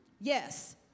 Yes